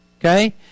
Okay